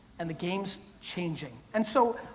and the game's changing. and so,